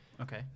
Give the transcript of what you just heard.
Okay